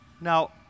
Now